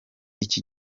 iki